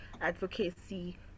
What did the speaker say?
advocacy